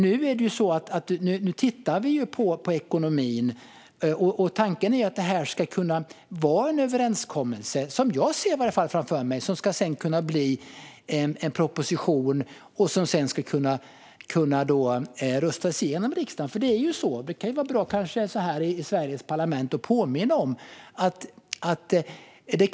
Nu tittar vi ju på ekonomin, och tanken är - i alla fall ser jag framför mig - att detta ska vara en överenskommelse som ska kunna bli en proposition som sedan ska kunna röstas igenom i riksdagen. Det är ju så, och det kanske kan vara bra att påminna om här i Sveriges parlament, att det krävs en majoritet.